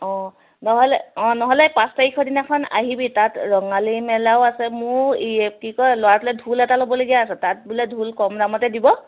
অঁ নহ'লে অঁ নহ'লে পাঁচ তাৰিখৰ দিনাখন আহিবি তাত ৰঙালী মেলাও আছে মোৰ কি কয় ল'ৰাটোলে ঢোল এটা ল'ব আছে তাত বোলে ঢোল কম দামতে দিব